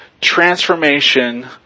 transformation